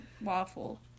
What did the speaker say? waffle